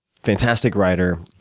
fantastic rider.